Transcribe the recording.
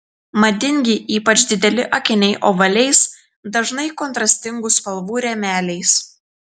madingi ypač dideli akiniai ovaliais dažnai kontrastingų spalvų rėmeliais